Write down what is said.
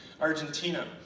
Argentina